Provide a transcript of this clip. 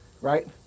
right